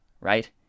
right